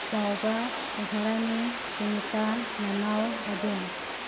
ꯆꯥꯎꯕ ꯎꯁꯥꯔꯥꯅꯤ ꯁꯨꯅꯤꯇꯥ ꯅꯅꯥꯎ ꯑꯕꯦꯝ